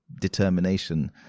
determination